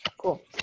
Cool